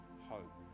hope